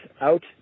out